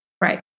Right